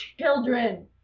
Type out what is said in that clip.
children